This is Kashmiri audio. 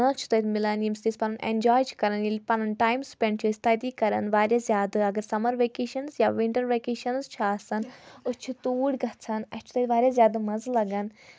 کھانا چھُ مِلان تَمہِ سۭتۍ أسۍ پَنُن اؠنجاے چھِ کَرَان ییٚلہِ پَنُن ٹایم سپؠنٛڈ چھِ أسۍ تَتہِ کَرَان واریاہ زیادٕ اگر سَمر ویکیشَنٕز یا وِنٹَر ویکیشَنٕز چھِ آسان أسۍ چھِ توٗرۍ گژھان اَسہِ چھِ تَتہِ واریاہ زیادٕ مَزٕ لَگان